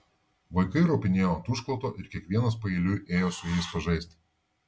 vaikai ropinėjo ant užkloto ir kiekvienas paeiliui ėjo su jais pažaisti